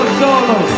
solo